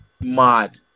Mad